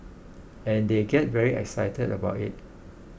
and they get very excited about it